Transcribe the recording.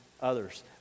others